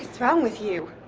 is wrong with you?